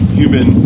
human